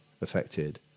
affected